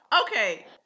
Okay